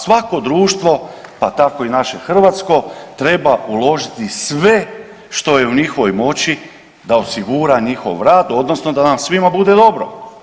Svako društvo pa tako i naše hrvatsko, treba uložiti sve što je u njihovoj moći da osigura njihov rad, odnosno da nam svima bude dobro.